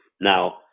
now